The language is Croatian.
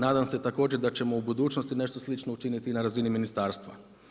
Nadam se također da ćemo u budućnosti nešto slično učiniti i na razini ministarstva.